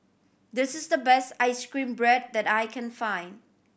this is the best ice cream bread that I can find